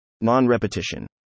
Non-repetition